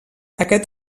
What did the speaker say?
aquest